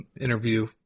interview